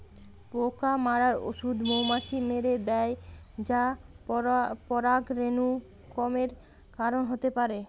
পোকা মারার ঔষধ মৌমাছি মেরে দ্যায় যা পরাগরেণু কমের কারণ হতে পারে